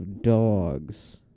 dogs